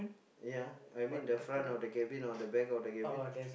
ya I mean the front of the cabin or the back of the cabin